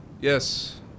Yes